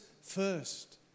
first